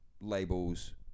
labels